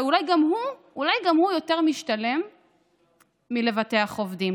שאולי גם הוא יותר משתלם מלבטח עובדים.